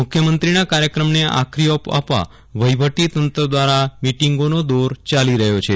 મુખ્યમંત્રીના કાર્યક્રમને આખરી ઓપ આપવા વહીવટી તંત્ર દ્વારા મિટિંગોનો દોર ચાલી રહ્યો છે